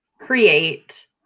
create